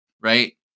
right